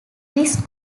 this